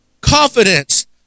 confidence